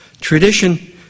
Tradition